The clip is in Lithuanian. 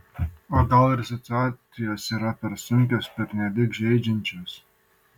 o gal ir situacijos yra per sunkios pernelyg žeidžiančios